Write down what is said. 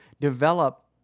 develop